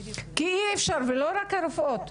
ולא רק הרופאות.